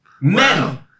Men